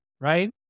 right